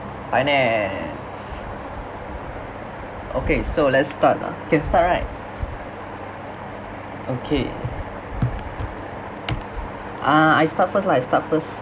finance okay so let's starts lah can start right okay ah I start first lah I start first